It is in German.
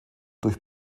durch